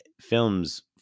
films